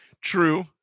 True